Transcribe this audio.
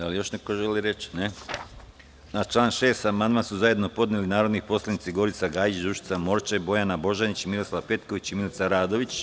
Da li još neko želi reč? (Ne) Na član 6. amandman su zajedno podneli narodni poslanici Gorica Gajić, Dušica Morčev, Bojana Božanić, Miroslav Petković i Milica Radović.